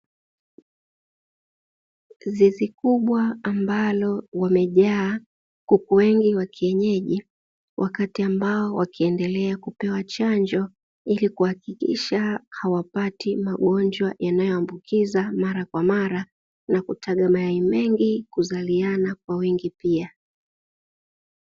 Zizi kubwa ambalo wamejaa kuku wengi wa kienyeji, wakati ambao wamekua wakipewa chanjo, ili kuhakikisha hawapati magonjwa yanayo ambukiza mara kwa mara na kutaga mayai mengi kuzaliana kwa wingi pia.